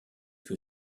que